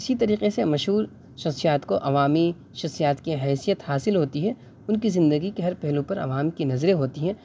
اسی طریقے سے مشہور شخصیات کو عوامی شخصیات کی حیثیت حاصل ہوتی ہے ان کی زندگی کے ہر پہلو پر عوام کی نظریں ہوتی ہیں